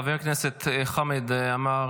חבר הכנסת חמד עמאר,